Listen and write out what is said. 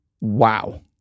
Wow